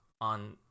on